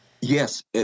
yes